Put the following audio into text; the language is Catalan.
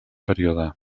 període